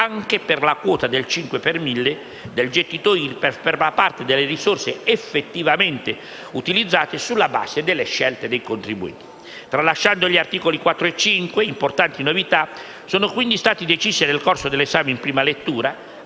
anche per la quota del cinque per mille del gettito IRPEF, per la parte delle risorse effettivamente utilizzate sulla base delle scelte dei contribuenti. Tralasciando gli articoli 4 e 5, importanti novità sono state decise nel corso dell'esame in prima lettura,